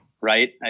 right